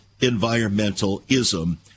environmentalism